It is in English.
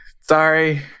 sorry